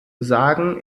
sagen